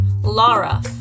Laura